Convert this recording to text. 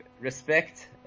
respect